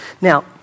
Now